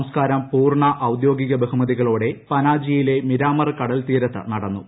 സംസ്ക്കാരം പൂർണ്ണ ഔദ്യോഗിക ബഹുമതികളോടെ പനാജിയിലെ മിരാമർ കടൽത്തീരത്ത് നടന്നു